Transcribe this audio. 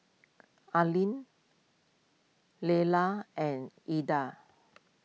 Aylin Layla and Edra